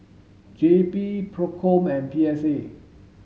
J P PROCOM and P S A